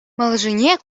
малашне